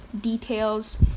details